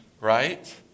right